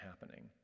happening